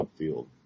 upfield